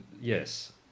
yes